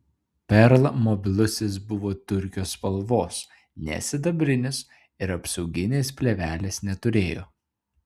perl mobilusis buvo turkio spalvos ne sidabrinis ir apsauginės plėvelės neturėjo